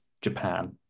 Japan